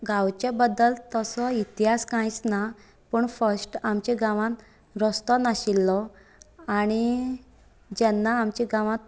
गांवच्या बद्दल तसो इतिहास कांयच ना पूण फस्ट आमच्या गांवांत रस्तो नाशिल्लो आनी जेन्ना आमच्या गांवांत